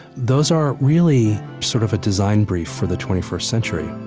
those are really sort of a design brief for the twenty first century